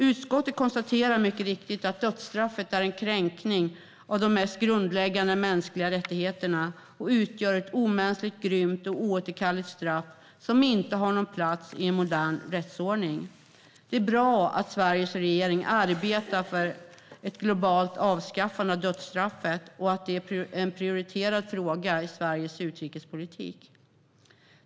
Utskottet konstaterar mycket riktigt att dödsstraffet är en kränkning av de mest grundläggande mänskliga rättigheterna och utgör ett omänskligt, grymt och oåterkalleligt straff som inte har någon plats i en modern rättsordning. Det är bra att Sveriges regering arbetar för ett globalt avskaffande av dödsstraffet och att det är en prioriterad fråga i Sveriges utrikespolitik.